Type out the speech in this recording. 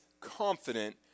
confident